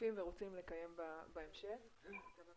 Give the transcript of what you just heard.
רוצים לקיים בהמשך על הנושא.